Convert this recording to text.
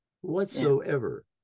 whatsoever